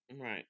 Right